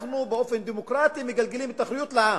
שאנחנו באופן דמוקרטי מגלגלים את האחריות לעם,